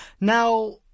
Now